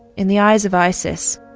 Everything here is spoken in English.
in the eyes of isis,